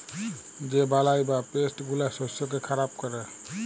যে বালাই বা পেস্ট গুলা শস্যকে খারাপ ক্যরে